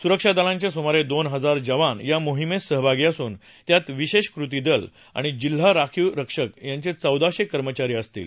सुरक्षा दलांचे सुमारे दोन हजार जवान या मोहिमेत सहभागी असून त्यात विशेष कृतीदल आणि जिल्हा राखीव रक्षक यांचे चौदाशे कर्मचारी असतील